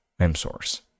Memsource